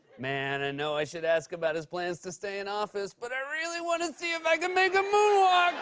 man, i and know i should ask about his plans to stay in office, but i really want to see if i can make him moonwalk!